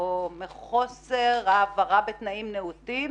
או מחוסר העברה בתנאים נאותים